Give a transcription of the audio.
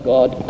God